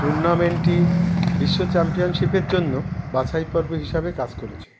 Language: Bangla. টুর্নামেন্টটি বিশ্ব চ্যাম্পিয়নশিপের জন্য বাছাই পর্ব হিসাবে কাজ করেছে